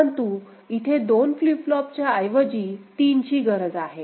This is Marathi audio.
परंतु इथे दोन फ्लिप फ्लॉपच्या ऐवजी 3 ची गरज आहे